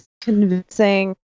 convincing